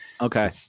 Okay